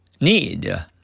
Need